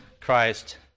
Christ